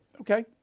Okay